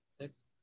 Six